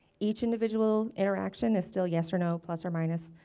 each individual interaction is still yes or no, plus or minus.